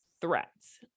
threats